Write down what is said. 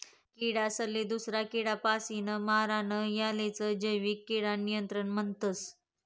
किडासले दूसरा किडापासीन मारानं यालेच जैविक किडा नियंत्रण म्हणतस